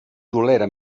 tolera